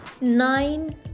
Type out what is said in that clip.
nine